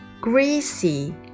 Greasy